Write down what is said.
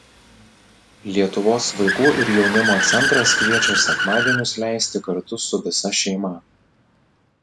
lietuvos vaikų ir jaunimo centras kviečia sekmadienius leisti kartu su visa šeima